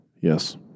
Yes